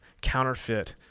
counterfeit